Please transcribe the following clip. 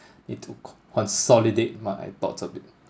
need to consolidate my thoughts a bit